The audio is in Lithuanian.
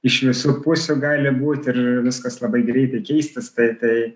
iš visų pusių gali būt ir viskas labai greitai keistis tai tai